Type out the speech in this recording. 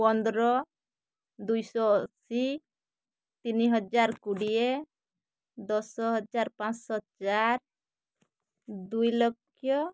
ପନ୍ଦର ଦୁଇଶହ ଅଶୀ ତିନି ହଜାର କୋଡ଼ିଏ ଦଶ ହଜାର ପାଞ୍ଚଶହ ଚାର ଦୁଇ ଲକ୍ଷ